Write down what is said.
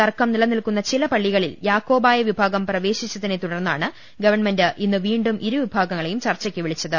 തർക്കം നിലനിൽക്കു്ന്ന ചില പള്ളികളിൽ യാക്കോബായ വിഭാഗും പ്രപ്പ്പ്പേശിച്ചതിനെ തുടർന്നാണ് ഗവൺമെന്റ് ഇന്ന് വീണ്ടും ഇരു വിഭാഗങ്ങളെയും ചർച്ചക്ക് വിളിച്ചത്